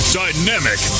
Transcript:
dynamic